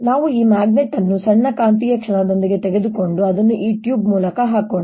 ನಾವು ಈ ಮ್ಯಾಗ್ನೆಟ್ ಅನ್ನು ಸಣ್ಣ ಕಾಂತೀಯ ಕ್ಷಣದೊಂದಿಗೆ ತೆಗೆದುಕೊಂಡು ಅದನ್ನು ಈ ಟ್ಯೂಬ್ ಮೂಲಕ ಹಾಕೋಣ